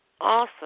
awesome